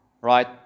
right